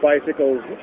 bicycles